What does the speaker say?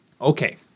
Okay